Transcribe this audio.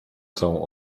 całą